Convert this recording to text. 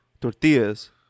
tortillas